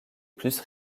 plus